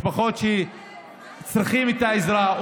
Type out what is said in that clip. משפחות שצריכות את העזרה,